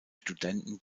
studenten